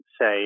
say